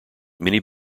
many